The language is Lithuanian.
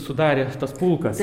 sudarė tas pulkas